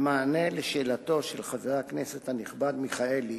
במענה על שאלתו של חבר הכנסת הנכבד, מיכאלי,